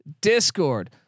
discord